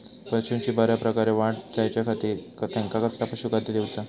पशूंची बऱ्या प्रकारे वाढ जायच्या खाती त्यांका कसला पशुखाद्य दिऊचा?